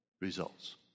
results